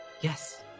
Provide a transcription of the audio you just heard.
Yes